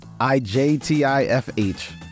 IJTIFH